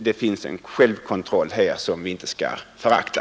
Det finns en självkontroll här som vi inte skall förakta.